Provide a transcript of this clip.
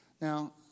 Now